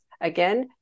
Again